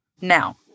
Now